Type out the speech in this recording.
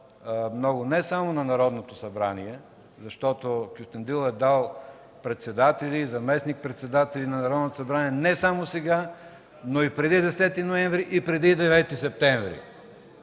много не само на Народното събрание, защото Кюстендил е дал председатели, заместник-председатели на Народното събрание не само сега, но и преди 10 ноември, и преди девети септември,